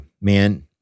man